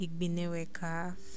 igbineweka